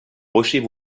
rochers